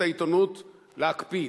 חייבת העיתונות להקפיד,